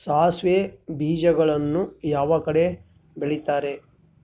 ಸಾಸಿವೆ ಬೇಜಗಳನ್ನ ಯಾವ ಕಡೆ ಬೆಳಿತಾರೆ?